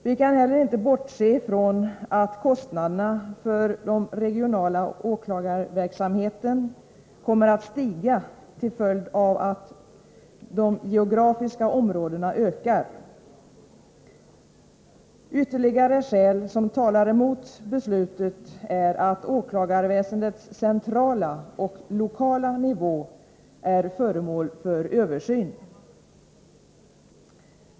Vi kan inte heller bortse från att kostnaderna för den regionala åklagarverksamheten kommer att stiga till följd av att de geografiska avstånden ökar. Ytterligare skäl som talar emot beslutet är att åklagarväsendets centrala och lokala nivå är föremål för översyn.